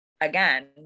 again